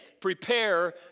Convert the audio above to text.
Prepare